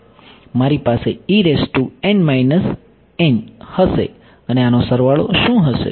મારી પાસે હશે અને આનો સરવાળો શું હશે